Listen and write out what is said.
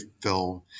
film